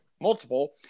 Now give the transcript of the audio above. multiple